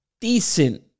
decent